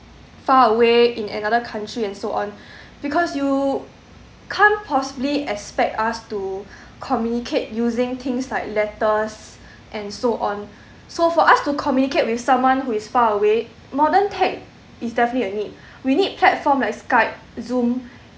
far away in another country and so on because you can't possibly expect us to communicate using things like letters and so on so for us to communicate with someone who is far away modern tech is definitely a need we need platform like skype zoom